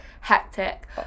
hectic